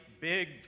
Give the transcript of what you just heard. big